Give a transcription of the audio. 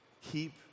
Keep